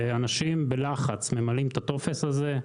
ואנשים בלחץ, ממלאים את הטופס הזה,